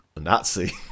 Nazi